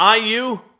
iu